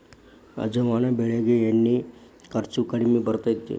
ಅಜವಾನ ಬೆಳಿಗೆ ಎಣ್ಣಿ ಖರ್ಚು ಕಡ್ಮಿ ಬರ್ತೈತಿ